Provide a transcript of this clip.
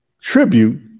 tribute